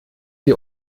sie